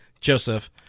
Joseph